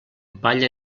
palla